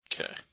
Okay